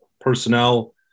personnel